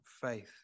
faith